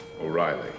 O'Reilly